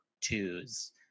twos